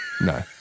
No